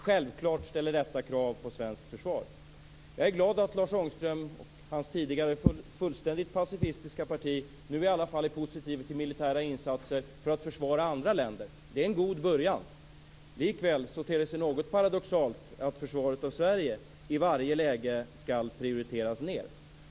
Självklart ställer detta krav på svenskt försvar. Jag är glad att Lars Ångström och hans tidigare fullständigt pacifistiska parti nu i alla fall är positiva till militära insatser för att försvara andra länder. Det är en god början. Likväl ter det sig lite paradoxalt att försvaret av Sverige i varje läge skall prioriteras ned.